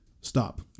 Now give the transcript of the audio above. stop